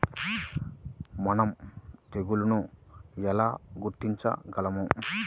మనం తెగుళ్లను ఎలా గుర్తించగలం?